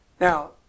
Now